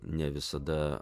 ne visada